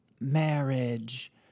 marriage